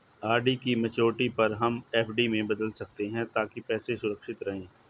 RD की maturity पर हम एफ.डी में बदल सकते है ताकि पैसे सुरक्षित रहें